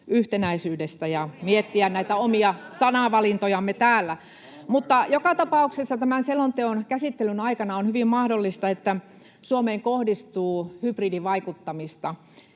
ryhmästä] ja miettiä näitä omia sanavalintojamme täällä. Joka tapauksessa tämän selonteon käsittelyn aikana on hyvin mahdollista, että Suomeen kohdistuu hybridivaikuttamista.